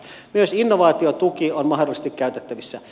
myös innovaatiotuki on mahdollisesti käytettävissä